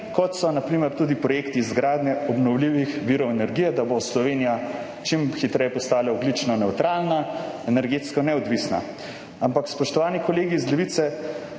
kot so na primer tudi projekti izgradnje obnovljivih virov energije, da bo Slovenija čim hitreje postala ogljično nevtralna, energetsko neodvisna. Ampak, spoštovani kolegi iz Levice,